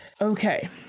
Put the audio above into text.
Okay